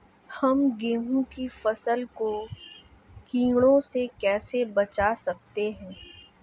हम गेहूँ की फसल को कीड़ों से कैसे बचा सकते हैं?